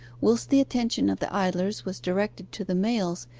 whilst the attention of the idlers was directed to the mails,